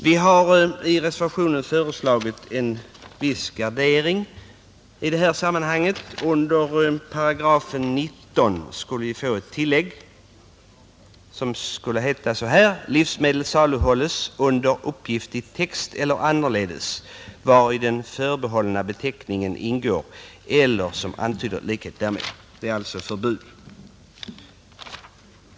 Vi har i den reservationen föreslagit detta tillägg till 19 §: ”Ej heller får sådant livsmedel saluhållas under uppgift i text eller annorledes, vari den förbehållna beteckningen ingår eller som antyder likhet därmed.” Det är alltså ett förbud.